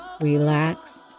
relax